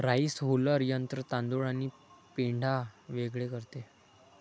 rice huller यंत्र तांदूळ आणि पेंढा वेगळे करते